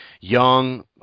Young